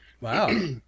Wow